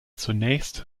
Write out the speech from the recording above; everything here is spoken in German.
zunächst